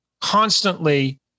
constantly